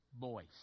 voice